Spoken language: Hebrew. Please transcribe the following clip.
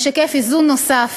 המשקף איזון נוסף,